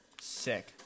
sick